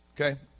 okay